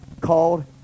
called